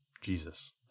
Jesus